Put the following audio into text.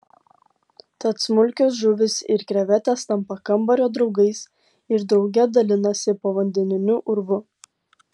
tad smulkios žuvys ir krevetės tampa kambario draugais ir drauge dalinasi povandeniniu urvu